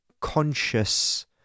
conscious